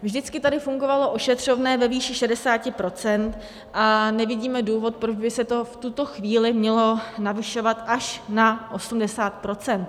Vždycky tady fungovalo ošetřovné ve výši 60 % a nevidíme důvod, proč by se to v tuto chvíli mělo navyšovat až na 80 %.